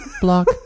block